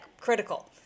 critical